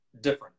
different